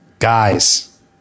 Guys